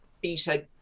beta